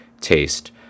taste